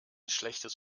schlechtes